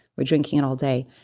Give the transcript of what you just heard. we're drinking in all day,